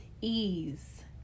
ease